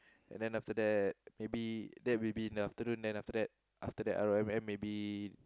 and then after that maybe that will be in the afternoon then after that after that R_O_M_M maybe